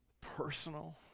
personal